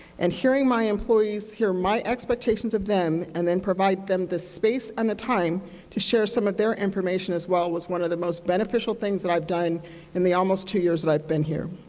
and hearing my employees hear my expectations of them and then provide them the space and the time to share some of their information as well was one of the most beneficial things that i have done in the almost two years that i have been here.